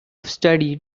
study